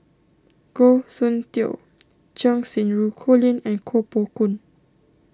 Goh Soon Tioe Cheng Xinru Colin and Koh Poh Koon